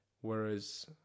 Whereas